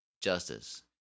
Justice